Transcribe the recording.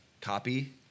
copy